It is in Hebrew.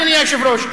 אדוני היושב-ראש,